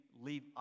leave